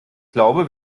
glaube